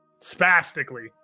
spastically